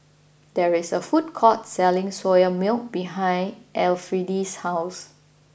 there is a food court selling Soya Milk behind Elfrieda's house